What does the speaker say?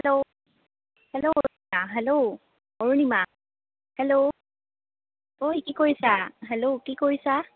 hello hello Rima hello অঁ Rima hello ঐ কি কৰিছা হেল্ল' কি কৰিছা